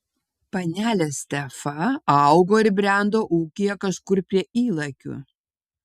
panelė stefa augo ir brendo ūkyje kažkur prie ylakių